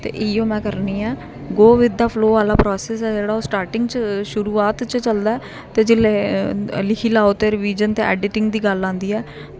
ते इ'यो में करनी आं गो विद द फ्लो आह्ला प्रोसेस ऐ जेह्ड़ा ओह् स्टार्टिंग च शुरुआत च चलदा ऐ ते जेल्लै लिखी लैओ ते रिवीजन ते एडिटिंग दी गल्ल आंदी ऐ